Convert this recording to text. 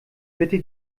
bitte